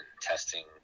testing